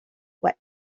what